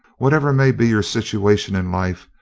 whatever may be your situation in life,